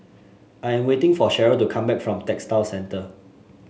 I am waiting for Sherryl to come back from Textile Centre